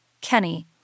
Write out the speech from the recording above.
Kenny